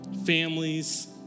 families